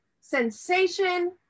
sensation